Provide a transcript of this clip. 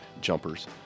jumpers